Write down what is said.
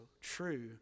true